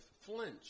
flinch